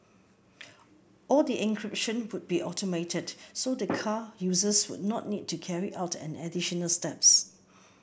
all the encryption would be automated so the car users would not need to carry out any additional steps